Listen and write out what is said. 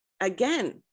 again